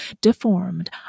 deformed